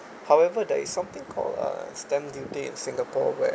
however there is something called uh stamp duty in singapore where